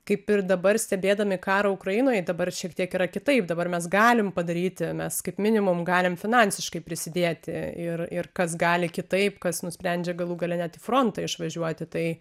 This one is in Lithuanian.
kaip ir dabar stebėdami karą ukrainoj dabar šiek tiek yra kitaip dabar mes galim padaryti mes kaip minimum galim finansiškai prisidėti ir ir kas gali kitaip kas nusprendžia galų gale net į frontą išvažiuoti tai